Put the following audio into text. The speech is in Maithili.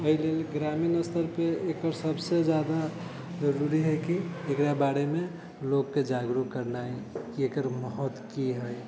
एहि लेल ग्रामीण स्तर पर एकर सभसँ जादा जरुरी है कि एकरा बारेमे लोकके जागरुक केनाइ कि एकर महत्व कि है